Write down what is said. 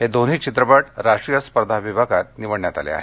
हे दोन्ही चित्रपट राष्ट्रीय स्पर्धा विभागात निवडण्यात आले आहेत